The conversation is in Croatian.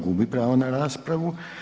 Gubi pravo na raspravu.